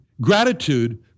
Gratitude